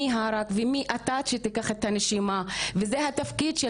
מי הרג ומי אתה שתיקח את הנשמה וזה התפקיד של